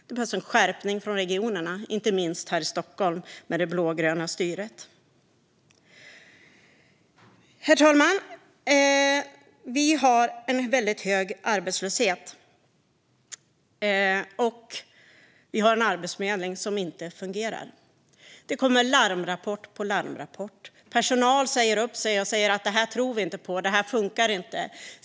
Det behövs en skärpning från regionerna, inte minst här i Stockholm med det blågröna styret. Herr talman! Vi har en väldigt hög arbetslöshet. Vi har också en arbetsförmedling som inte fungerar. Det kommer larmrapport på larmrapport. Personal säger upp sig och säger: Det här tror vi inte på; det här funkar inte.